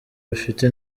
bafite